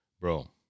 bro